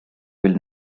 will